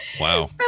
Wow